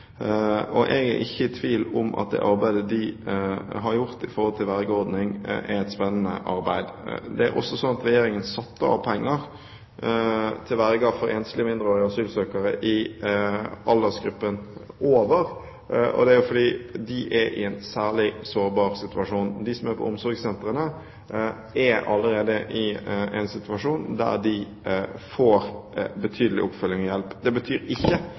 Jeg er ikke i tvil om at det arbeidet de har gjort med en vergeordning, er et spennende arbeid. Det er også slik at Regjeringen har satt av penger til verger for enslige mindreårige asylsøkere i aldersgruppen over, fordi de er i en særlig sårbar situasjon. De som er på omsorgssentrene, er allerede i en situasjon der de får betydelig oppfølging og hjelp. Det betyr ikke